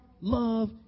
love